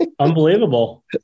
Unbelievable